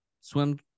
swim